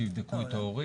שיבדקו את ההורים?